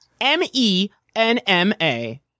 M-E-N-M-A